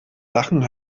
sachen